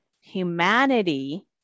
humanity